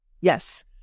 yes